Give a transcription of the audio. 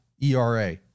ERA